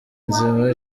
nzima